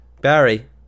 Barry